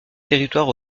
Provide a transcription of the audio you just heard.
territoire